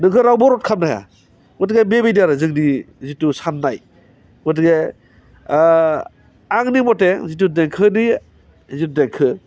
नोंखौ रावबो रद खालामनो हाया गथिखे बेबायदि आरो जोंनि जोंनि जिथु साननाय गथिखे आंनि मथे जिथु देंखोनि जिथु देंखो